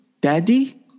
daddy